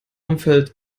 umfeld